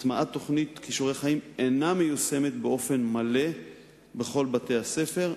הטמעת התוכנית "כישורי חיים" אינה מיושמת באופן מלא בכל בתי-הספר.